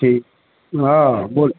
उसी हाँ बोल